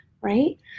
right